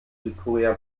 südkorea